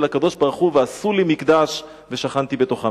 הקדוש-ברוך-הוא "ועשו לי מקדש ושכנתי בתוכם".